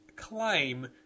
claim